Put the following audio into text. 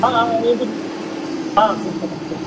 ஆ ஆ ஆ கொடுத்துட்றன் சார்